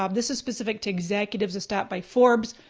um this is specific to executives, a stat by forbes,